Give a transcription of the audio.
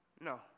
No